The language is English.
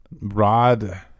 Rod